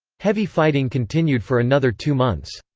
heavy fighting continued for another two months.